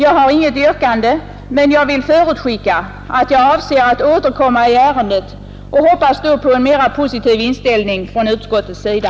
Jag har inget yrkande, men jag vill förutskicka att jag avser att återkomma i ärendet och hoppas då på en mera positiv inställning från utskottets sida.